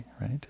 right